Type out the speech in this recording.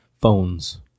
phones